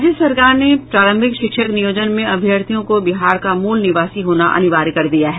राज्य सरकार ने प्रारंभिक शिक्षक नियोजन में अभ्यर्थियों को बिहार का मूल निवासी होना अनिवार्य कर दिया है